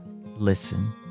listen